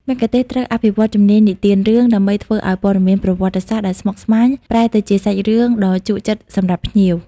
មគ្គុទ្ទេសក៍ត្រូវអភិវឌ្ឍជំនាញនិទានរឿង ដើម្បីធ្វើឱ្យព័ត៌មានប្រវត្តិសាស្ត្រដែលស្មុគស្មាញប្រែទៅជាសាច់រឿងដ៏ជក់ចិត្តសម្រាប់ភ្ញៀវ។